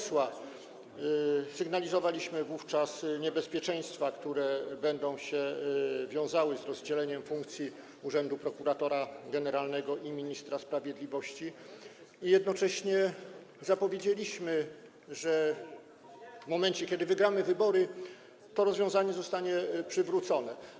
Sygnalizowaliśmy wówczas niebezpieczeństwa, które będą się wiązały z rozdzieleniem funkcji urzędu prokuratora generalnego i ministra sprawiedliwości, i jednocześnie zapowiedzieliśmy, że w momencie kiedy wygramy wybory, to rozwiązanie zostanie przywrócone.